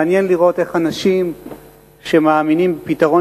מעניין לראות איך אנשים שמאמינים בפתרון